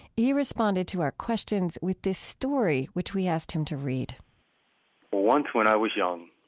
he responded to our questions with this story, which we asked him to read once when i was young,